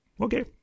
Okay